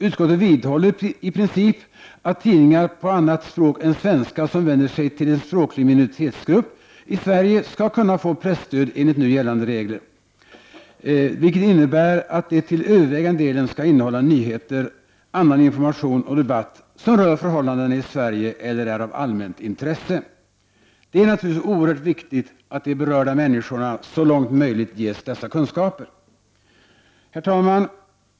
Utskottet vidhåller att tidningar på annat språk än svenska som vänder sig till en språklig minoritetsgrupp i Sverige skall kunna få presstöd enligt nu gällande regler, vilket innebär att de till övervägande delen skall innehålla nyheter, annan information och debatt som rör förhållandena i Sverige eller är av allmänt intresse. Det är naturligtvis oerhört viktigt att de berörda människorna så långt möjligt ges dessa kunskaper. Herr talman!